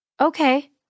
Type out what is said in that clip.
Okay